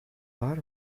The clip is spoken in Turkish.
var